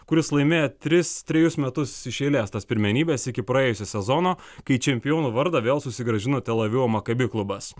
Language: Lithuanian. kuris laimėjo tris trejus metus iš eilės tas pirmenybes iki praėjusio sezono kai čempiono vardą vėl susigrąžino tel avivo maccabi klubas